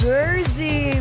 Jersey